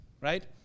right